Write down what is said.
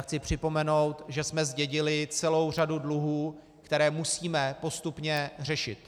Chci připomenout, že jsme zdědili celou řadu dluhů, které musíme postupně řešit.